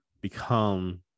become